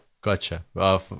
gotcha